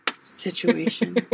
Situation